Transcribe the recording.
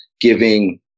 giving